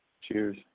Cheers